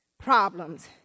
problems